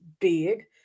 big